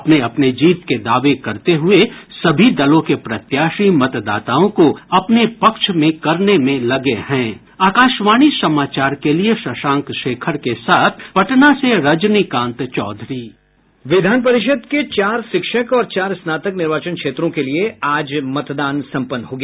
अपने अपने जीत के दावे करते हुए सभी दलों के प्रत्याशी मतदाताओं को अपने पक्ष में करने में लगे हैं आकाशवाणी समाचार के लिए शशांक शेखर के साथ पटना से रजनीकांत चौधरी विधान परिषद के चार शिक्षक और चार स्नातक निर्वाचन क्षेत्रों के लिये आज मतदान सम्पन्न हो गया